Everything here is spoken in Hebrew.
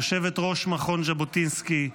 יושבת-ראש מכון ז'בוטינסקי,